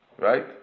Right